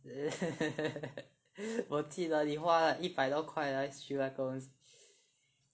我记得你花了一百多块来修那个东西